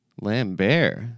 Lambert